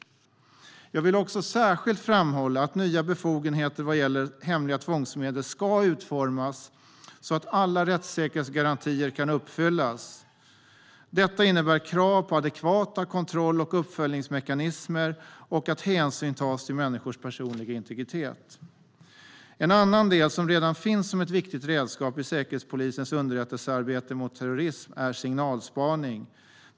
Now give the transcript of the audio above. Jag vill också särskilt framhålla att nya befogenheter vad gäller hemliga tvångsmedel ska utformas så att alla rättssäkerhetsgarantier kan uppfyllas. Detta innebär krav på adekvata kontroll och uppföljningsmekanismer och att hänsyn tas till människors personliga integritet. En annan del som redan finns som ett viktigt redskap i Säkerhetspolisens underrättelsearbete mot terrorism är signalspaning.